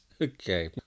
Okay